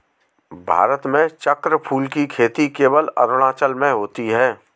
भारत में चक्रफूल की खेती केवल अरुणाचल में होती है